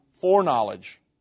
foreknowledge